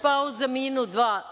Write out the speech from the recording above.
Pauza minut, dva.